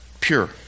pure